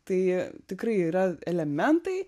tai tikrai yra elementai